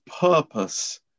purpose